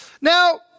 Now